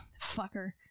Fucker